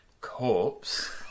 corpse